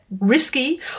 risky